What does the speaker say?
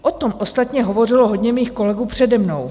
O tom ostatně hovořilo hodně mých kolegů přede mnou.